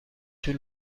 طول